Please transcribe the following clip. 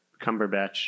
Cumberbatch